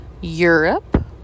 Europe